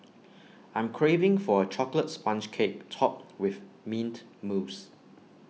I am craving for A Chocolate Sponge Cake Topped with Mint Mousse